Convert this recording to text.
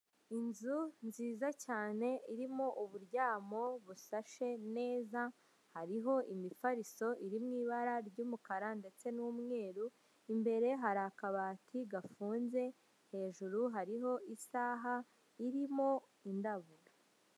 Inzu nziza cyane irimo uburyamo busashe neza, hariho imifariso iri mu ibara ry'umukara ndetse n'umweru, imbere hari akabati gafunze, hejuru hariho isaha irimo indabo.